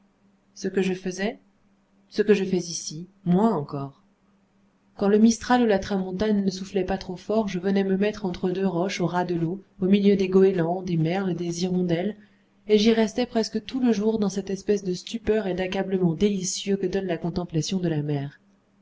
ce que je faisais ce que je fais ici moins encore quand le mistral ou la tramontane ne soufflaient pas trop fort je venais me mettre entre deux roches au ras de l'eau au milieu des goélands des merles des hirondelles et j'y restais presque tout le jour dans cette espèce de stupeur et d'accablement délicieux que donne la contemplation de la mer